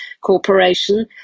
corporation